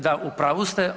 Da u pravu ste.